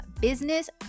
business